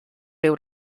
ryw